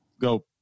go